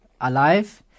alive